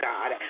God